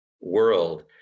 world